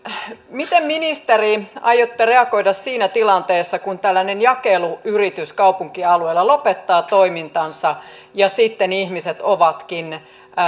miten ministeri aiotte reagoida siinä tilanteessa kun tällainen jakeluyritys kaupunkialueella lopettaa toimintansa ja sitten ihmiset